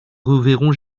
reverrons